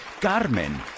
Carmen